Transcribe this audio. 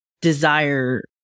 desire